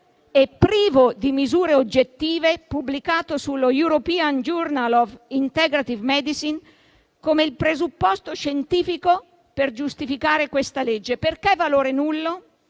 e privo di misure oggettive, pubblicato sullo «European journal of integrative medicine» come il presupposto scientifico per giustificare questa legge. Perché parlo